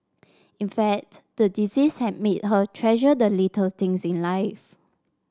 in fact the disease has made her treasure the little things in life